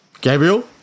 Gabriel